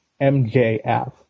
MJF